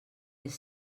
les